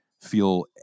feel